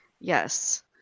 Yes